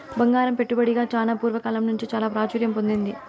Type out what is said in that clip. బంగారం పెట్టుబడిగా చానా పూర్వ కాలం నుంచే చాలా ప్రాచుర్యం పొందింది